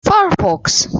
firefox